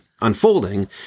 unfolding